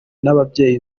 n’ababyeyi